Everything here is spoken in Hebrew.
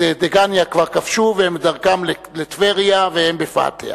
את דגניה כבר כבשו והם בדרכם לטבריה והם בפאתיה,